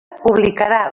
publicarà